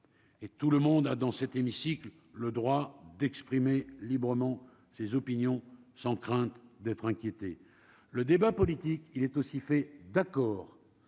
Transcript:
Et tout le monde a dans cet hémicycle le droit d'exprimer librement ses opinions sans crainte d'être inquiété le débat politique, il est aussi fait d'accord